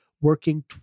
working